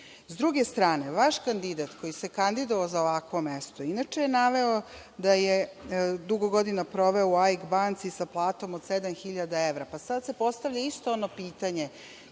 druge strane, vaš kandidat koji se kandidovao za ovakvo mesto juče je naveo da je dugo godina proveo u „AIK banci“ sa platom od sedam hiljada evra. Pa se sada postavlja isto ono pitanje